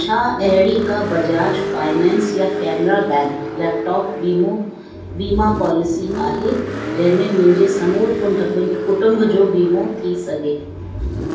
छा अहिड़ी का बजाज फाइनेंस या केनरा बैंक लेपटॉप वीमो वीमा पॉलिसी आहे जंहिं में मुंहिंजे समूर कुंड कुंज कुटुंब जो वीमो थी सघे